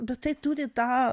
bet tai turi tą